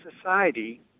society